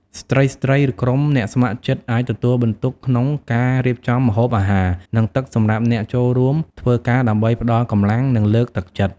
ស្ត្រីៗ ឬក្រុមអ្នកស្ម័គ្រចិត្តអាចទទួលបន្ទុកក្នុងការរៀបចំម្ហូបអាហារ និងទឹកសម្រាប់អ្នកចូលរួមធ្វើការ ដើម្បីផ្តល់កម្លាំង និងលើកទឹកចិត្ត។